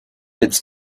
its